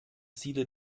ziele